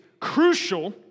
crucial